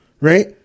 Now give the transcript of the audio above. Right